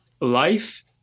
Life